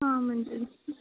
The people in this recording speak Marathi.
हां म्हणजे